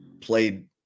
played